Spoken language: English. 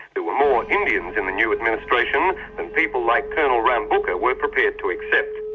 there were more indians in the new administration than people like colonel rabuka were prepared to accept.